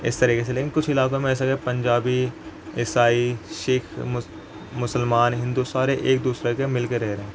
اس طریقے سے لیکن کچھ علاقوں میں ایسا ہے پنجابی عیسائی سکھ مسلمان ہندو سارے ایک دوسرے کے مل کے رہ رہے ہیں